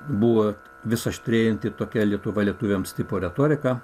buvo vis aštrėjanti tokia lietuva lietuviams tipo retorika